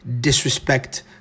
disrespect